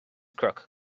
crook